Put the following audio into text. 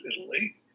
Italy